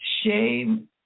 Shame